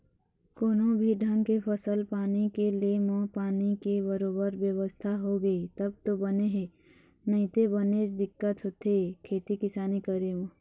कोनो भी ढंग के फसल पानी के ले म पानी के बरोबर बेवस्था होगे तब तो बने हे नइते बनेच दिक्कत होथे खेती किसानी करे म